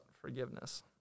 forgiveness